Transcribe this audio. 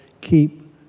keep